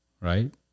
Right